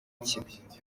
cye